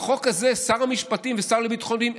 בחוק הזה שר המשפטים והשר לביטחון פנים,